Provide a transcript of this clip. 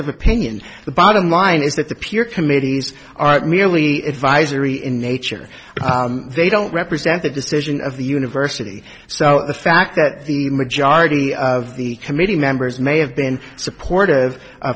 of opinion the bottom line is that the peer committees aren't merely advisory in nature they don't represent the decision of the university so the fact that the majority of the committee members may have been supportive